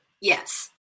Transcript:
Yes